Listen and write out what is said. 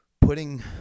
putting